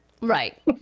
right